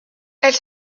elle